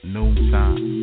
Noontime